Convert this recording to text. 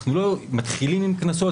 אנחנו לא מתחילים מקנסות,